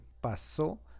pasó